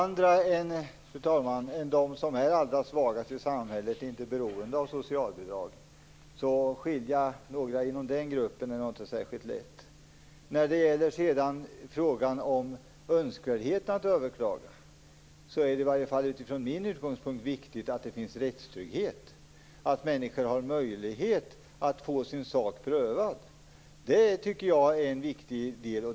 Fru talman! Några andra än de allra svagaste i samhället är inte beroende av socialbidrag. Att skilja ut några inom den gruppen är inte särskilt lätt. Beträffande önskvärdheten att överklaga är det i varje fall utifrån min utgångspunkt viktigt att det finns rättstrygghet, att människor har möjlighet att få sin sak prövad. Det tycker jag är en viktig del.